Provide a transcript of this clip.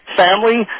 family